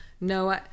no